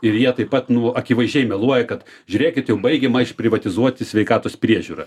ir jie taip pat nu akivaizdžiai meluoja kad žiūrėkit jau baigiama išprivatizuoti sveikatos priežiūra